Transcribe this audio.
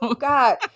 God